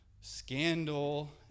scandal